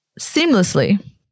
seamlessly